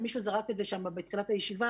מישהו זרק את זה שם בתחילת הישיבה.